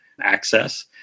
access